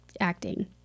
acting